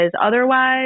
otherwise